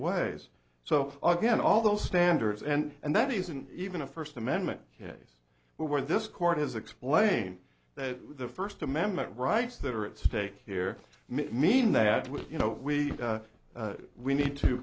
way so again all those standards and and that isn't even a first amendment case where this court has explain that the first amendment rights that are at stake here mean that with you know we we need to